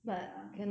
ya